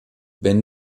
wenn